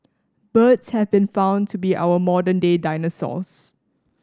birds have been found to be our modern day dinosaurs